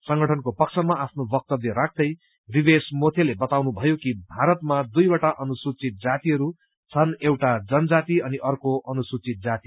संगठनको पक्षमा आफ्नो वक्तव्य राख्दै रिवेश मोथेले बताउनुभयो कि भारतमा दुइवटा अनुसूची जातिहरू छन् एउटा जनजाति अनि अर्को अनुसूचित जाति